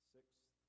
Sixth